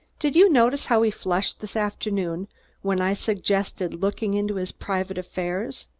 did you notice how he flushed this afternoon when i suggested looking into his private affairs?